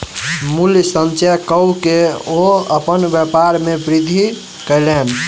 मूल्य संचय कअ के ओ अपन व्यापार में वृद्धि कयलैन